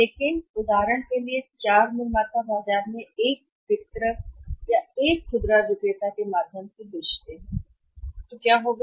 लेकिन के लिए उदाहरण यह 4 निर्माता बाजार में एक वितरक या खुदरा विक्रेता के माध्यम से बेचते हैं तो क्याक्या होगा